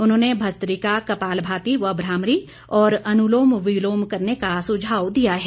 उन्होंने भस्त्रिका कपालभाति व भ्रामरी और अनुलोम विलोम करने का सुझाव दिया है